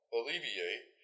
alleviate